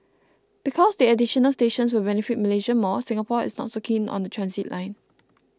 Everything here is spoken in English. because the additional stations will benefit Malaysia more Singapore is not so keen on the transit line